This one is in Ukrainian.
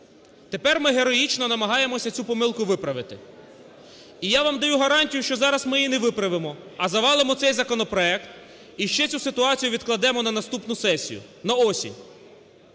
Тепер ми героїчно намагаємося цю помилку виправити. І я вам даю гарантію, що зараз ми її не виправимо, а завалимо цей законопроект. І ще цю ситуацію відкладемо на наступну сесію, на осінь.